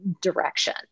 direction